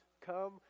come